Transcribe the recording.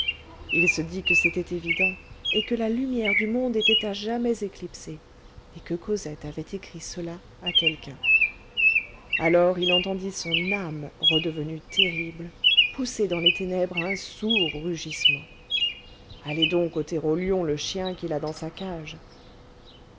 il se dit que c'était évident et que la lumière du monde était à jamais éclipsée et que cosette avait écrit cela à quelqu'un alors il entendit son âme redevenue terrible pousser dans les ténèbres un sourd rugissement allez donc ôter au lion le chien qu'il a dans sa cage